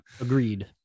Agreed